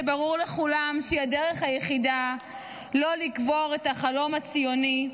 שברור לכולם שהיא הדרך היחידה לא לקבור את החלום הציוני,